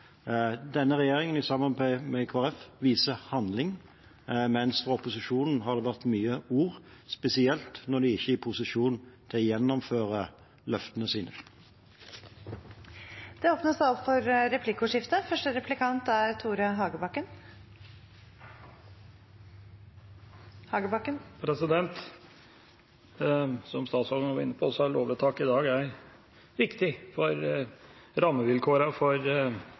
Denne regjeringen, med Kristelig Folkeparti, viser handling, mens det for opposisjonen har vært mye ord, spesielt når de ikke er i posisjon til å gjennomføre løftene sine. Det blir replikkordskifte. Som statsråden var inne på, er lovvedtaket i dag viktig for rammevilkårene for ideelle tjenesteleverandører, som dette gjelder for. Men så er